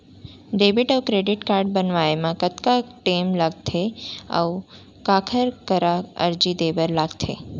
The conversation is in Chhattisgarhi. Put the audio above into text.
डेबिट अऊ क्रेडिट कारड बनवाए मा कतका टेम लगथे, अऊ काखर करा अर्जी दे बर लगथे?